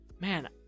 man